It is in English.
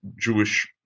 Jewish